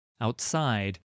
Outside